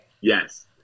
Yes